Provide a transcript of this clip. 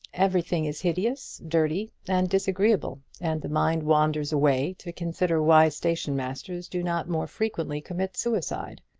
everything is hideous, dirty, and disagreeable and the mind wanders away, to consider why station-masters do not more frequently commit suicide.